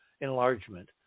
enlargement